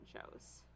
shows